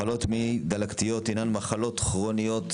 מחלות מעי דלקתיות הינן מחלות כרוניות